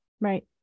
right